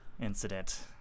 incident